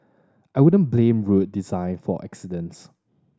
I wouldn't blame road design for the accidents